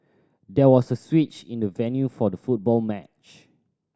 there was a switch in the venue for the football match